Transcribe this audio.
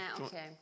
Okay